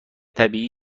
طبیعی